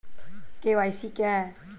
KYC क्या है?